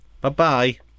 Bye-bye